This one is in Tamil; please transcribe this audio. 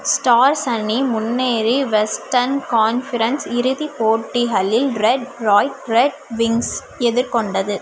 ஸ்டார்ஸ் அணி முன்னேறி வெஸ்டர்ன் கான்ஃபரன்ஸ் இறுதிப் போட்டிகளில் ரெட்ராய்ட் ரெட் விங்ஸ் எதிர்கொண்டது